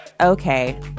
okay